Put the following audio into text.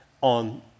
on